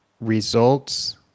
results